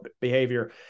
behavior